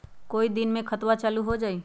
कई दिन मे खतबा चालु हो जाई?